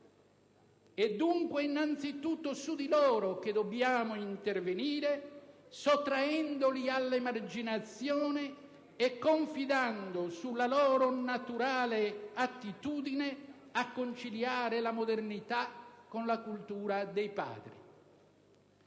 è dunque innanzitutto su di loro che dobbiamo intervenire, sottraendoli all'emarginazione e confidando sulla loro naturale attitudine a conciliare la modernità con la cultura dei padri.